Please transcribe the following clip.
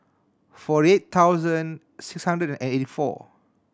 forty eight thousand six hundred and eighty four